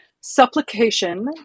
Supplication